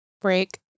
break